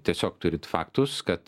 tiesiog turit faktus kad